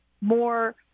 more